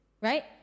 right